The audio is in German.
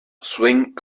swing